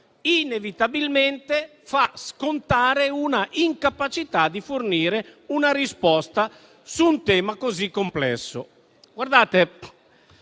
inevitabilmente fa scontare una incapacità di fornire una risposta su un tema così complesso.